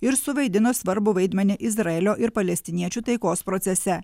ir suvaidino svarbų vaidmenį izraelio ir palestiniečių taikos procese